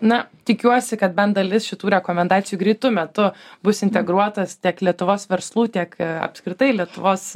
na tikiuosi kad bent dalis šitų rekomendacijų greitu metu bus integruotos tiek lietuvos verslų tiek apskritai lietuvos